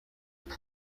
میده